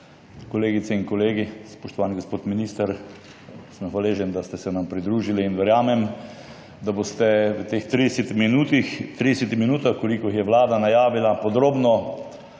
Kolegice in kolegi! Spoštovani gospod minister, hvaležen sem, da ste se nam pridružili, in verjamem, da boste v teh 30 minutah, kolikor jih je Vlada najavila, podrobno